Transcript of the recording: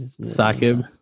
Sakib